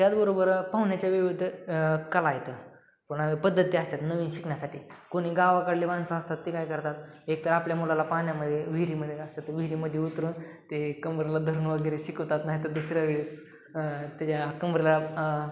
त्याचबरोबर पाहुण्याच्या विविध कला आहेत पुन्हा पद्धती असतात नवीन शिकण्यासाठी कोणी गावाकडले माणसं असतात ते काय करतात एकतर आपल्या मुलाला पाण्यामध्ये विहिरीमध्ये असतात तर विहिरीमध्ये उतरून ते कमरेला धरून वगैरे शिकवतात नाहीतर दुसऱ्या वेळेस त्याच्या कमरेला